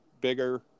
bigger